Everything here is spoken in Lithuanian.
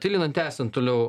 tai linai tęsiant toliau